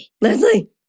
leslie